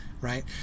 right